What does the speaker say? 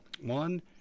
one